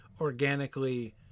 organically